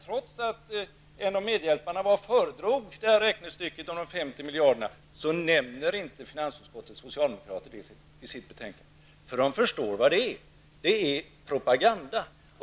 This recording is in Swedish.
Trots att en av medhjälparna föredrog räknestycket om de 50 miljarderna nämner inte finansutskottets socialdemokrater det i sitt betänkande. De förstår vad det är. Det är propaganda.